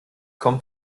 kommt